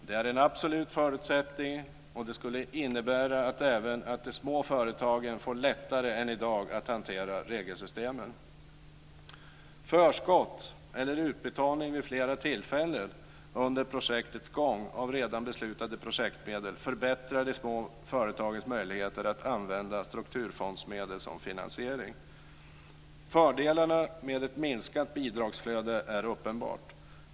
Det är en absolut förutsättning, och det skulle innebära att även de små företagen får lättare än i dag att hantera regelsystemen. Förskott eller utbetalning vid flera tillfällen under projektets gång av redan beslutade projektmedel förbättrar de små företagens möjligheter att använda strukturfondsmedel som finansiering. Fördelarna med ett minskat bidragsflöde är uppenbara.